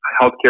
healthcare